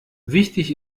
wichtig